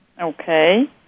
Okay